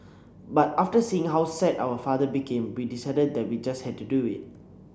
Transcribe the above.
but after seeing how sad our father became we decided that we just had to do it